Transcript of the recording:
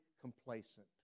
complacent